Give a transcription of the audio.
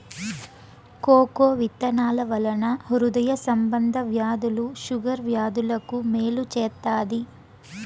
cocoa విత్తనాల వలన హృదయ సంబంధ వ్యాధులు షుగర్ వ్యాధులకు మేలు చేత్తాది